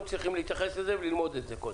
צריכים להתייחס לזה וללמוד את זה קודם.